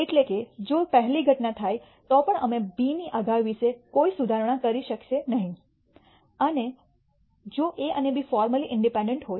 એટલે કે જો પહેલી ઘટના થાય તો પણ અમે b ની આગાહી વિશે કોઈ સુધારણા કરી શકશે નહીં જો A અને B ફૉર્મલી ઇન્ડિપેન્ડન્ટ હોય